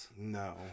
No